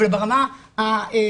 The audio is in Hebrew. אבל ברמה הכלכלית,